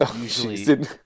usually